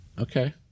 Okay